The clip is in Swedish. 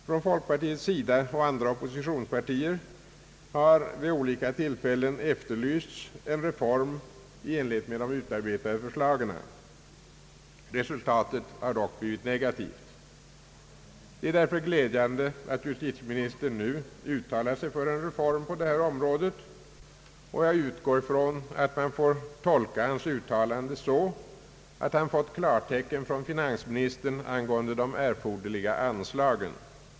Från folkpartiets och andra Ooppositionspartiers sida har vid olika tillfällen efterlysts en reform i enlighet med de utarbetade förslagen. Resultatet har dock blivit negativt. Det är därför glädjande att justitieministern nu uttalat sig för en reform på detta område, och jag utgår från att man får tolka hans uttalande så att han fått klartecken från finansministern angående de erforderliga anslagen.